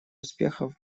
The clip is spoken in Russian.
успехов